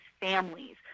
families